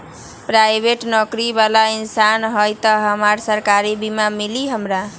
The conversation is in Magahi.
पराईबेट नौकरी बाला इंसान हई त हमरा सरकारी बीमा मिली हमरा?